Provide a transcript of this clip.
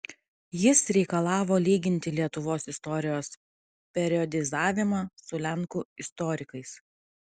jis reikalavo lyginti lietuvos istorijos periodizavimą su lenkų istorikais